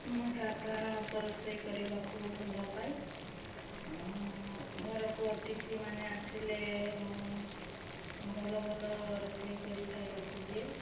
ମୁଁ ସାଧାରଣତଃ ରୋଷେଇ କରିବାକୁ ଭଲ ପାଏ ଘରକୁ ଅତିଥି ମାନେ ଆସିଲେ ମୁଁ ଭଲ ଭଲ ରୋଷେଇ କରି ଖାଇବାକୁ ଦିଏ